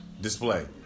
display